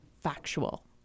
factual